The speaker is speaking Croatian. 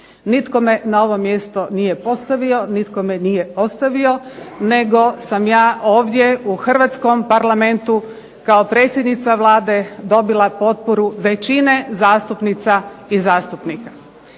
Nitko me na ovo mjesto nije postavio, nitko me nije ostavio nego sam ja ovdje u hrvatskom Parlamentu kao predsjednica Vlade dobila potporu većine zastupnica i zastupnika.